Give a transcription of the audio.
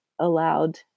allowed